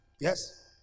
yes